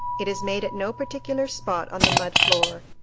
it is made at no particular spot on the mud floor,